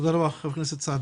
תודה רבה, חבר הכנסת סעדי.